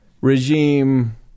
regime